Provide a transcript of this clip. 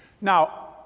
Now